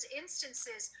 instances